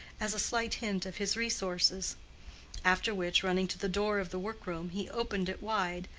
as a slight hint of his resources after which, running to the door of the workroom, he opened it wide,